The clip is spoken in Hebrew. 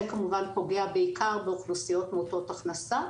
זה כמובן פוגע בעיקר באוכלוסיות מעוטות הכנסה.